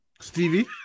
Stevie